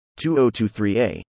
2023A